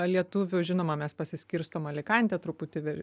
lietuvių žinoma mes pasiskirstom alikantę truputį